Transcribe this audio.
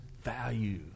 value